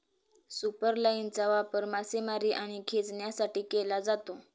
सुपरलाइनचा वापर मासेमारी आणि खेचण्यासाठी केला जातो